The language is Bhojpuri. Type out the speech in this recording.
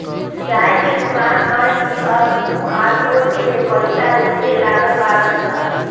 चाय के दुकानी पअ भी अब क्यू.आर कोड से पईसा लेवे लागल बानअ सन